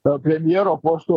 dėl premjero posto